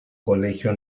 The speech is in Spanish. colegio